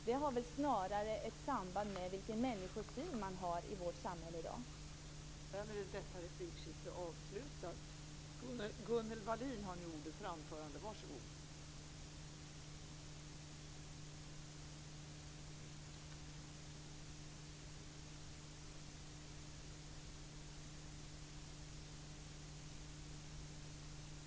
Det har snarare samband med vilken människosyn man har i vårt samhälle i dag.